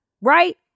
right